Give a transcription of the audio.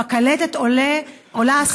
בקלטת עולה השיחה שבה הנער נסער ומבקש,